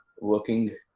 working